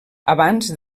abans